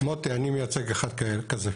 מוטי, אני מייצג אחד כזה,